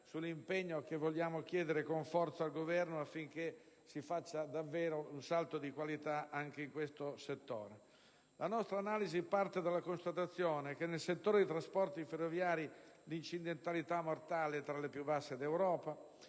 sull'impegno che vogliamo chiedere con forza al Governo affinché si faccia davvero un salto di qualità anche in questo settore. La nostra analisi parte dalla constatazione che nel settore dei trasporti ferroviari l'incidentalità mortale è tra le più basse d'Europa,